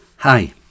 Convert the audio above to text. Hi